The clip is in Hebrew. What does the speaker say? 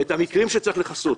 את המקרים שצריך לכסות.